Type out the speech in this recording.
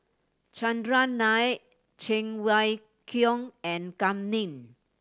Chandran Nair Cheng Wai Keung and Kam Ning